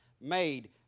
made